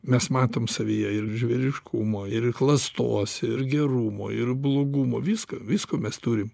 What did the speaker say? mes matom savyje ir žvėriškumo ir klastos ir gerumo ir blogumo viską visko mes turim